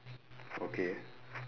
okay